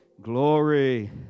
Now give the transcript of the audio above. Glory